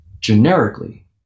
generically